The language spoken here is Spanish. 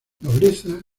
nobleza